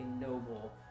noble